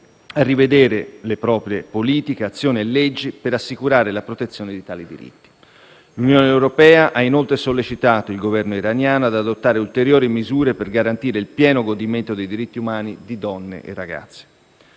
a rivedere le proprie politiche, azioni e leggi per assicurare la protezione di tali diritti. L'Unione europea ha inoltre sollecitato il Governo iraniano ad adottare ulteriori misure per garantire il pieno godimento dei diritti umani di donne e ragazze.